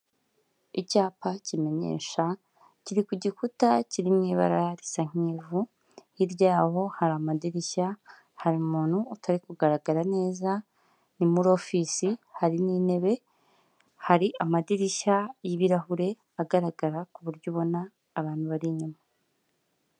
Icyapa kimenyesha kiri ku gikuta kiri mu ibara risa nk'ivu; hirya yabo hari amadirishya, hari umuntu utari kugaragara neza ni muri ofisi harimo intebe, hari amadirishya y'ibirahure agaragara ku buryo ubona abantu bari inyuma.